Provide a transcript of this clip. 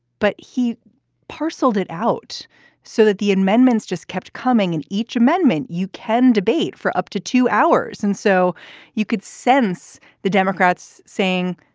but he parceled it out so that the amendments just kept coming. and each amendment you can debate for up to two hours and so you could sense the democrats saying,